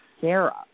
Sarah